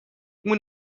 moet